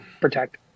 protect